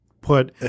put